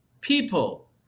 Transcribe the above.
People